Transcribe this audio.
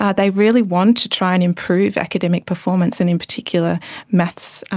ah they really wants to try and improve academic performance and in particular maths,